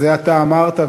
זה אתה אמרת.